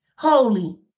Holy